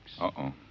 Uh-oh